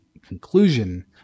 conclusion